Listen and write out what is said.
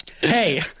Hey